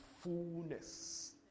fullness